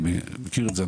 אני מכיר את זה,